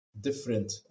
different